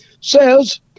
says